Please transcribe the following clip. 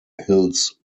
hills